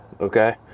okay